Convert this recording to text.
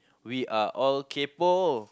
we are all kpo